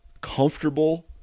comfortable